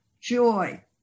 joy